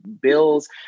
bills